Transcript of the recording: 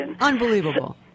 Unbelievable